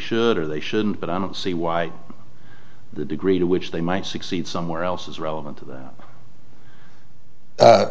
should or they shouldn't but i don't see why the degree to which they might succeed somewhere else is relevant to the